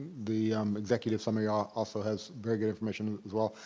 the executive summary ah also has very good information as well.